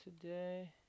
today